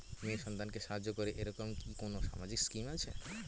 মেয়ে সন্তানকে সাহায্য করে এরকম কি কোনো সামাজিক স্কিম আছে?